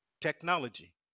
technology